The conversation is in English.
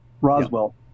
Roswell